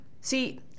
see